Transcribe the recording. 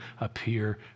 appear